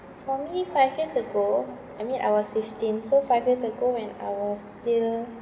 for me five years ago I mean I was fifteen so five years ago when I was still